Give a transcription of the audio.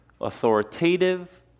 authoritative